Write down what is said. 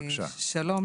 שלום.